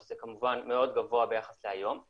שזה כמובן מאוד גבוה ביחס להיום,